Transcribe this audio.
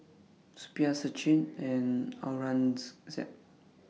Suppiah Sachin and